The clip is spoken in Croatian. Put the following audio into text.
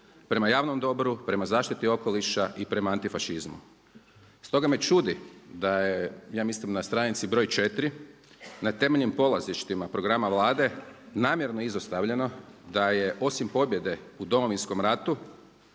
prema javnom dobru, prema zaštiti okoliša i prema antifašizmu. Stoga me čudi da je ja mislim na stranici broj 4 na temeljnim polazištima programa Vlade namjerno izostavljeno da je osim pobjede u Domovinskom ratu